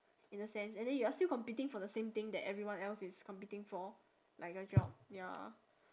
in a sense and then you are still competing for the same thing that everyone else is competing for like a job ya